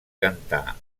cantar